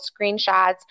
screenshots